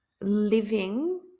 living